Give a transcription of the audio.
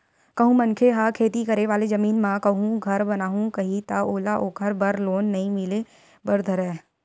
कहूँ मनखे ह खेती करे वाले जमीन म कहूँ घर बनाहूँ कइही ता ओला ओखर बर लोन नइ मिले बर धरय